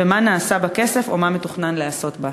3. מה נעשה בכסף או מה מתוכנן לעשות בו?